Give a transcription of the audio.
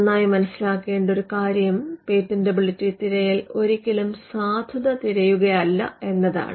നന്നായി മനസ്സിലാക്കേണ്ട ഒരു കാര്യം പേറ്റന്റബിലിറ്റി തിരയൽ ഒരിക്കലും സാധുത തിരയുകയല്ല എന്നതാണ്